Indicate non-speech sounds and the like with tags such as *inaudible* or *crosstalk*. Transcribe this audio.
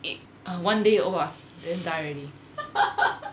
*laughs*